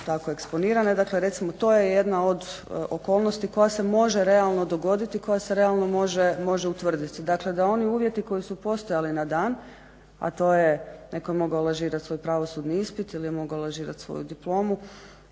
tako eksponirane. Dakle, recimo to je jedna od okolnosti koja se može realno dogoditi, koja se realno može utvrditi, dakle da oni uvjeti koji su postojali na dan a to je netko je mogao lažirati svoj pravosudni ili je mogao lažirati svoju diplomu,